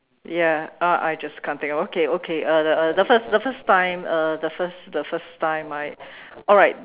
ya uh I just can't think of okay okay uh the uh the first the first time uh the first the first time I alright